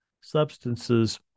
substances